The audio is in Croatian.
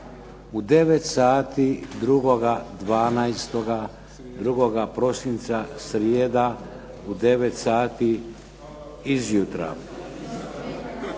U 9 sati, 2.12., 2. prosinca, srijeda, u 9 sati izjutra.